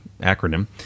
acronym